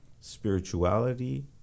spirituality